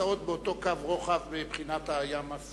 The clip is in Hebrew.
נמצאות באותו קו רוחב מבחינת ים-סוף.